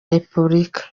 repubulika